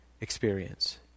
experience